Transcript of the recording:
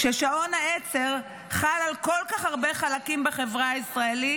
כששעון העצר חל על כל כך הרבה חלקים בחברה הישראלית,